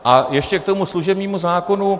A ještě k tomu služebnímu zákonu.